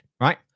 right